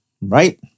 right